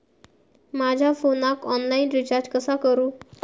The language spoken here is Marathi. माझ्या फोनाक ऑनलाइन रिचार्ज कसा करू?